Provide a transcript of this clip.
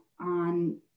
on